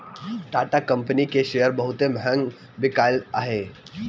Tata company के शेयर बहुते महंग बिकाईल हअ